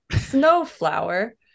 Snowflower